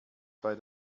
bei